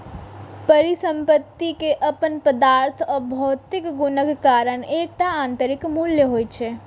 परिसंपत्ति के अपन पदार्थ आ भौतिक गुणक कारण एकटा आंतरिक मूल्य होइ छै